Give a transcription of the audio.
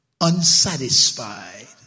unsatisfied